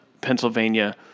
Pennsylvania